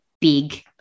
big